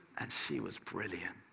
and she was brilliant,